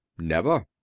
never.